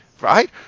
right